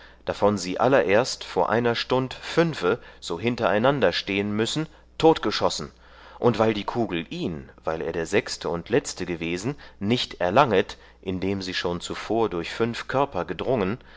davon sie allererst vor einer stund fünfe so hintereinander stehen müssen totgeschossen und weil die kugel ihn weil er der sechste und letzte gewesen nicht erlanget indem sie schon zuvor durch fünf körper gedrungen